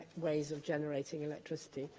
ways of generating electricity,